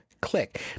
click